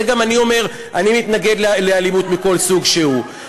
זה גם אני אומר: אני מתנגד לאלימות, מכל סוג שהוא.